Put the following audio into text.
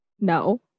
No